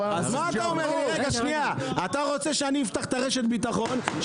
אתה רוצה שאפתח את רשת הביטחון,